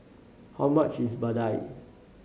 how much is vadai